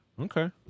Okay